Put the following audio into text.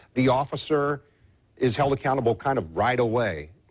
the officer is held accountable kind of right away.